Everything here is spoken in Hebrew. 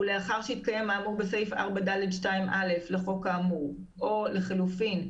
ולאחר שהתקיים האמור בסעיף 4(ד)(2)(א) לחוק האמור - או לחילופין,